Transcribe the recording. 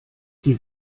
die